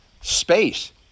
space